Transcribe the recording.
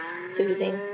soothing